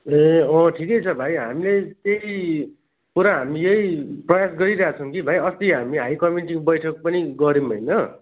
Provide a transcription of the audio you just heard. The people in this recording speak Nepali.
ए अँ ठिकै छ भाइ हामीले त्यही कुरा हामी यही प्रयास गरिरहेछौँ कि भाइ अस्ति हामी हाई कमिटीको बैठक पनि गऱ्यौँ होइन